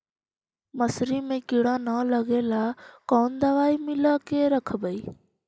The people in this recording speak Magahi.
मसुरी मे किड़ा न लगे ल कोन दवाई मिला के रखबई?